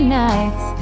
nights